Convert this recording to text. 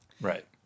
Right